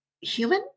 human